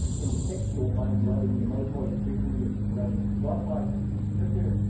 in the ticks, you will find borrelia miyamotoi as frequently as borrelia burgdorferi sensu stricto.